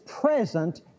present